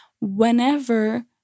whenever